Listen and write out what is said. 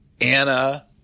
Anna